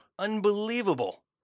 Unbelievable